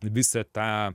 visą tą